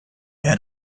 had